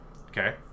Okay